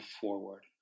forward